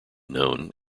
known